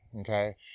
okay